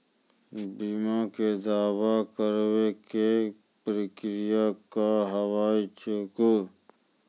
बीमा के दावा करे के प्रक्रिया का हाव हई?